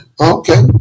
Okay